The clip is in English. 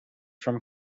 from